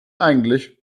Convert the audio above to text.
eigentlich